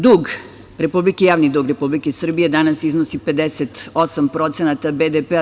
Dug Republike, javni dug Republike Srbije danas iznosi 58% BDP-a.